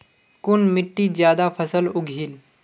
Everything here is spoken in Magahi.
कुन मिट्टी ज्यादा फसल उगहिल?